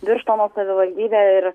birštono savivaldybę ir